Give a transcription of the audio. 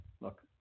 look